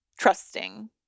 trusting